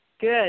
good